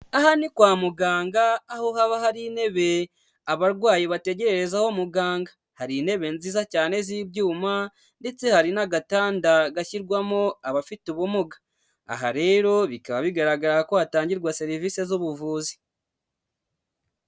Aha ni kwa muganga aho haba hari intebe abarwayi bategerezaho muganga, hari intebe nziza cyane z'ibyuma ndetse hari n'agatanda gashyirwamo abafite ubumuga. Aha rero bikaba bigaragara ko hatangirwa serivisi z'ubuvuzi.